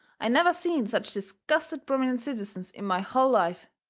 i never seen such disgusted prominent citizens in my hull life.